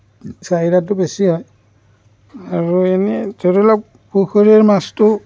চাহিদাটো বেছি হয় আৰু এনে ধৰি লওক পুখুৰীৰ মাছটো